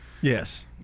Yes